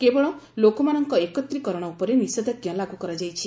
କେବଳ ଲୋକମାନଙ୍କ ଏକତ୍ରିକରଣ ଉପରେ ନିଷେଧାଜ୍କା ଲାଗୁ କରାଯାଇଛି